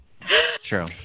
true